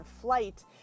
flight